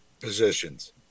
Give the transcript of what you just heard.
positions